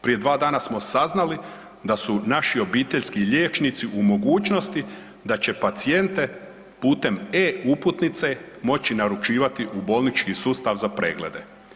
Prije dva dana smo saznali da su naši obiteljski liječnici u mogućnosti da će pacijente putem e-uputnice moći naručivati u bolnički sustav za preglede.